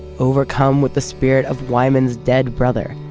overcome with the spirit of wyman's dead brother,